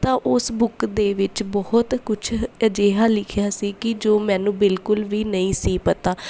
ਤਾਂ ਉਸ ਬੁੱਕ ਦੇ ਵਿੱਚ ਬਹੁਤ ਕੁਛ ਅਜਿਹਾ ਲਿਖਿਆ ਸੀ ਕਿ ਜੋ ਮੈਨੂੰ ਬਿਲਕੁਲ ਵੀ ਨਹੀਂ ਸੀ ਪਤਾ